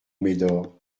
médor